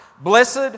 Blessed